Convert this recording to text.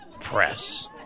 press